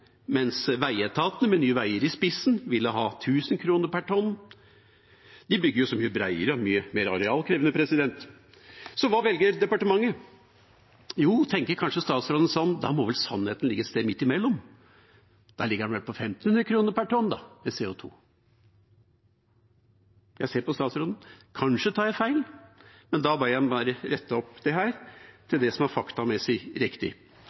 mens veietatene, med Nye Veier i spissen, ville hatt 1 000 kr per tonn, de bygger jo så mye bredere og mye mer arealkrevende. Så hva velger departementet? Jo, tenker kanskje statsråden, da må sannheten ligge et sted midt imellom. Da ligger den vel på 1 500 kr per tonn CO2. Jeg ser på statsråden. Kanskje tar jeg feil? Da ber jeg ham rette opp dette til det som er faktamessig riktig.